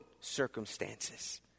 circumstances